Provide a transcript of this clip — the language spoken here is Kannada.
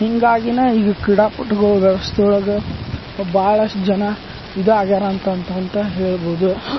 ಹಿಂಗಾಗಿನ ಈಗ ಕ್ರೀಡಾಪಟುಗಳು ವ್ಯವಸ್ಥೆಯೊಳಗ ಭಾಳಷ್ಟ್ ಜನ ಇದಾಗ್ಯರ ಅಂತಂತಂತ ಹೇಳ್ಬೋದು